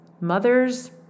Mothers